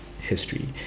history